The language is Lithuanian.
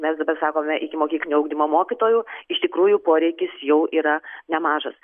mes dabar sakome ikimokyklinio ugdymo mokytojų iš tikrųjų poreikis jau yra nemažas